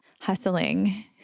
hustling